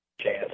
Chance